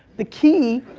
the key,